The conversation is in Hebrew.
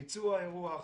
ביצוע האירוח,